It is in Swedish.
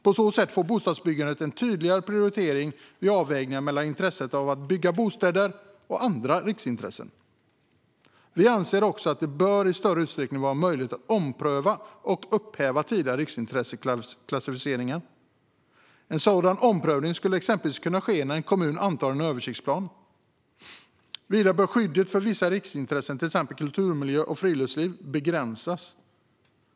På så sätt får bostadsbyggandet en tydligare prioritet vid avvägningar mellan intresset att bygga bostäder och andra riksintressen. Vi anser också att det i större utsträckning bör vara möjligt att ompröva och upphäva tidigare riksintresseklassificeringar. En sådan omprövning skulle exempelvis kunna ske när en kommun antar en översiktsplan. Vidare bör skyddet för vissa riksintressen, till exempel kulturmiljö och friluftsliv, begränsas.